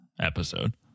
episode